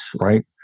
right